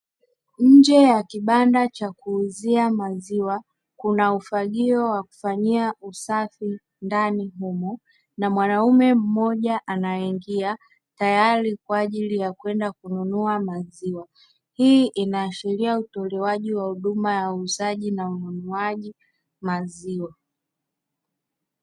Nje ya kibanda cha kuuzia maziwa kuna ufagio wa kufanyia usafi ndani humo, na mwanaume mmoja anaingia tayari kwa ajili ya kwenda kununua maziwa. Hii inaashiria utolewaji wa huduma ya uuzaji na ununuaji maziwa.